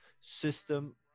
system